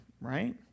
right